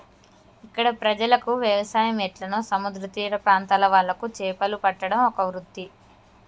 ఇక్కడ ప్రజలకు వ్యవసాయం ఎట్లనో సముద్ర తీర ప్రాంత్రాల వాళ్లకు చేపలు పట్టడం ఒక వృత్తి